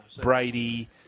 Brady